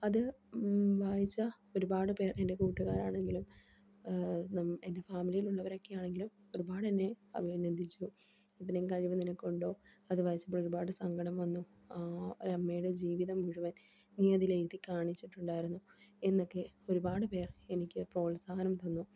അത് വായിച്ച ഒരുപാട് പേർ എൻ്റെ കൂട്ടുകാരാണെങ്കിലും എൻ്റെ ഫാമിലിയിലുള്ളവരൊക്കെ ആണെങ്കിലും ഒരുപാട്ന്നെ അവ അനന്ന്ദിച്ചു ഇതിനേം കഴിവ നിനെക്കൊണ്ടോ അത് വായിച്ചപ്പോൾ ഒരുപാട് സങ്കടം വന്നു ഒരു അമ്മേയുടെ ജീവിതം മുഴുവൻ നീതില എഴുതി കാണിച്ചിട്ടുണ്ടായിരുന്നു എന്നൊക്കെ ഒരുപാട് പേർ എനിക്ക് പ്രോത്സാഹനം തന്നു